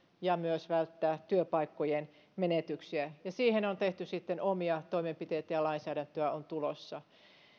ja myös välttää työpaikkojen menetyksiä ja siihen on tehty sitten omia toimenpiteitä ja lainsäädäntöä on tulossa